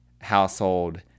household